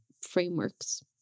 frameworks